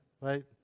Right